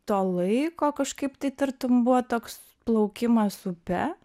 to laiko kažkaip tai tartum buvo toks plaukimas upe